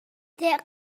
دقت